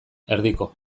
erdiko